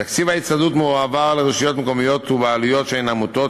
תקציב ההצטיידות מועבר לרשויות מקומיות ובעלויות שהן עמותות,